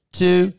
two